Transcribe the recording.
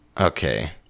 Okay